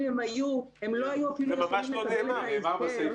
ואם הם היו, הם לא היו יכולים בכלל לקבל את ההסדר